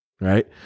right